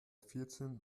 vierzehn